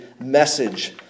message